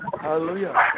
Hallelujah